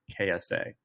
KSA